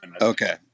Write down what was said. Okay